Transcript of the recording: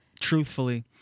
truthfully